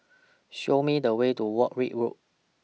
Show Me The Way to Warwick Road